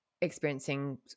experiencing